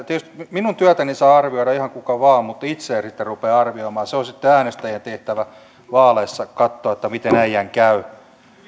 minun työtäni tietysti saa arvioida ihan kuka vaan mutta itse en sitä rupea arvioimaan se on sitten äänestäjien tehtävä vaaleissa katsoa miten äijän käy